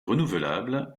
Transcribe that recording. renouvelable